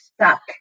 stuck